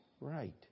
right